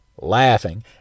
laughing